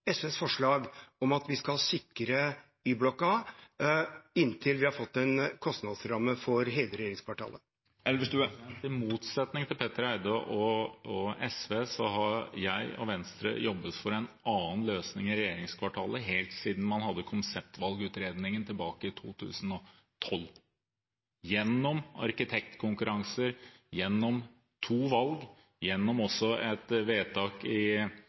SVs forslag om at vi skal sikre Y-blokka inntil vi har fått en kostnadsramme for hele regjeringskvartalet? I motsetning til Petter Eide og SV har jeg og Venstre jobbet for en annen løsning i regjeringskvartalet helt siden man hadde konseptvalgutredningen tilbake i 2012 – gjennom arkitektkonkurranser, gjennom to valg, gjennom et vedtak i